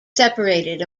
separated